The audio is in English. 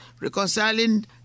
reconciling